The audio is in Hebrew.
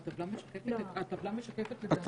הטבלה משקפת את ההסתייגויות.